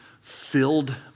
filled